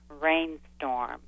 rainstorm